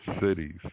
cities